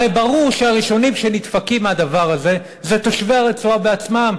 הרי ברור שהראשונים שנדפקים מהדבר הזה הם תושבי הרצועה בעצמם,